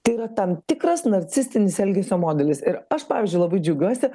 tai yra tam tikras narcistinis elgesio modelis ir aš pavyzdžiui labai džiaugiuosi